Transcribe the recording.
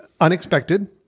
unexpected